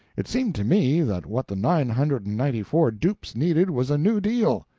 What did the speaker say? it seemed to me that what the nine hundred and ninety-four dupes needed was a new deal.